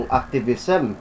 activism